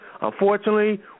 unfortunately